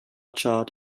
chart